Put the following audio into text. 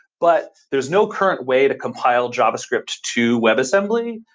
but there's no current way to compile javascript to webassembly.